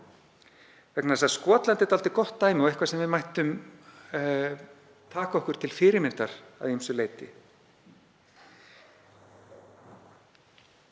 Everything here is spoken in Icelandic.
þess að Skotland er dálítið gott dæmi og eitthvað sem við mættum taka okkur til fyrirmyndar að ýmsu leyti.